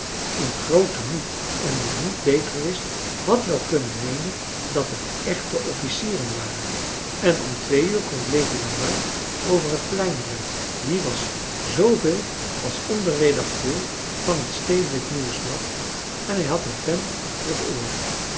kennissen groot tenue en die niet beter wist had wel kunnen meenen dat het echte officieren waren en om twee uur komt levi lamark over het plein rennen die was zooveel als onderredacteur van het stedelijk nieuwsblad en hij had een pen achter het oor